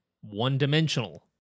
one-dimensional